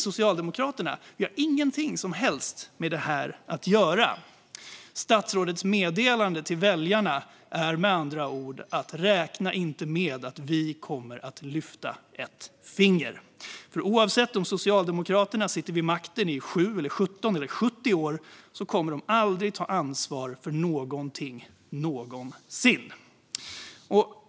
Socialdemokraterna har inget som helst med det här att göra. Statsrådets meddelande till väljarna är med andra ord detta: Räkna inte med att vi kommer att lyfta ett finger. Oavsett om Socialdemokraterna sitter vid makten i 7 eller 17 eller 70 år kommer de aldrig att ta ansvar för någonting någonsin.